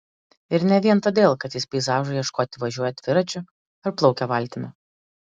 ir ne vien todėl kad jis peizažų ieškoti važiuoja dviračiu ar plaukia valtimi